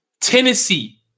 Tennessee